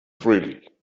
freely